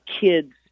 kids